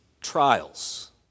trials